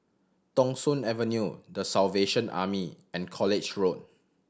Thong Soon Avenue The Salvation Army and College Road